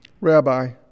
Rabbi